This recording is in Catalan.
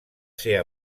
ser